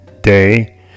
day